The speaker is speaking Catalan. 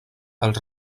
els